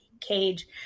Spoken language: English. cage